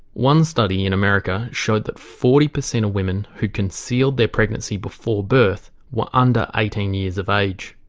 one study in america showed that forty percent of women who'd concealed their pregnancy before birth were under eighteen years of age.